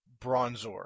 Bronzor